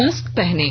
mask पहनें